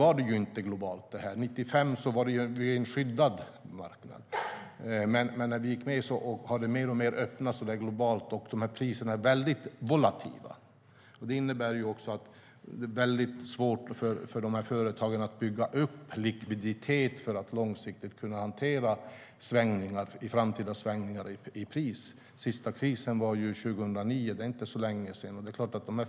Fram till 1995 var det en skyddad marknad. Men problemet är att sedan vi gick med i EU har det öppnats mer och mer och blivit globalt. Och priserna är väldigt volatila. Det innebär att det är svårt för företagen att bygga upp likviditet för att långsiktigt kunna hantera framtida svängningar i pris. Den senaste krisen var 2009. Det är inte länge sedan.